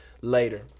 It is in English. later